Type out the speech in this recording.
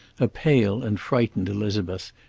a pale and frightened elizabeth,